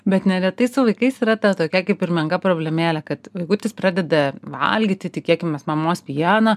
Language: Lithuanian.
bet neretai su vaikais yra ta tokia kaip ir menka problemėlė kad vaikutis pradeda valgyti tikėkimės mamos pieną